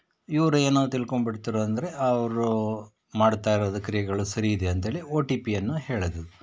ಇವ್ರು ಏನೋ ತಿಳ್ಕೊಂಬಿಟ್ರು ಅಂದರೆ ಅವರು ಮಾಡ್ತಾ ಇರೋದು ಕ್ರಿಯೆಗಳು ಸರಿಯಿದೆ ಅಂತೇಳಿ ಓ ಟಿ ಪಿಯನ್ನು ಹೇಳಿದ್ರು